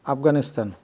Afghanistan